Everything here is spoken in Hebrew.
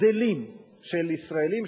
גדלים של ישראלים,